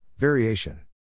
Variation